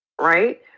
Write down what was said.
right